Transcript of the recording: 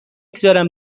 گذارم